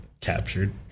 Captured